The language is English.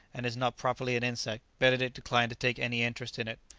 and is not properly an insect, benedict declined to take any interest in it.